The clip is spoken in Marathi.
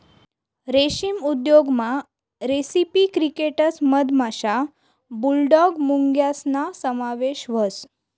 रेशीम उद्योगमा रेसिपी क्रिकेटस मधमाशा, बुलडॉग मुंग्यासना समावेश व्हस